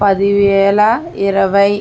పది వేల ఇరవై